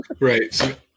Right